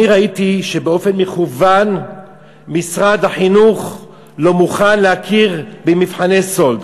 ראיתי שבאופן מכוון משרד החינוך לא מוכן להכיר במבחני סאלד.